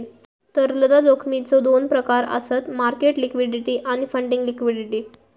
तरलता जोखमीचो दोन प्रकार आसत मार्केट लिक्विडिटी आणि फंडिंग लिक्विडिटी